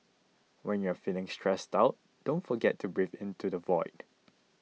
when you are feeling stressed out don't forget to breathe into the void